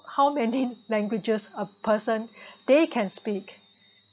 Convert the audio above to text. how many languages a person they can speak